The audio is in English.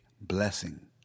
blessing